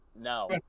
No